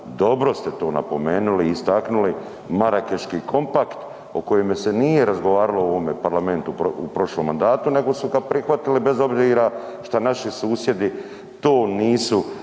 dobro ste to napomenuli i istaknuli Marakeški kompakt o kome se nije razgovaralo u ovome Parlamentu u prošlom mandatu nego su ga prihvatili bez obzira šta naši susjedi to nisu